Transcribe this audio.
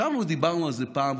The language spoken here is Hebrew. ישבנו ודיברנו על זה פעם,